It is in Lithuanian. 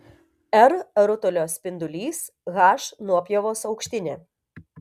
r rutulio spindulys h nuopjovos aukštinė